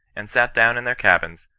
and sat down in their cabins,